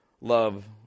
love